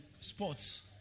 sports